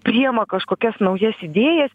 priima kažkokias naujas idėjas